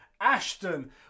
Ashton